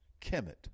Kemet